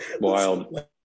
Wild